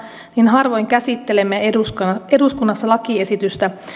harvoin käsittelemme eduskunnassa eduskunnassa lakiesitystä